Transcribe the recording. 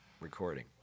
recording